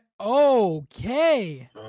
okay